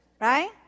right